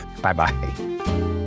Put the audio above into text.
bye-bye